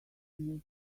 owner